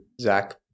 Zach